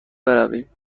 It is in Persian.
برویم